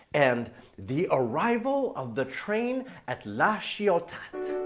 and the arrival of the train at la ciotat.